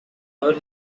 would